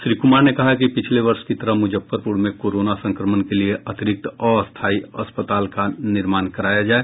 श्री कुमार ने कहा कि पिछले वर्ष की तरह मुज्जफरपुर में कोरोना संक्रमण के लिए अतिरिक्त अस्थायी अस्पताल का निर्माण कराया जाय